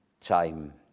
time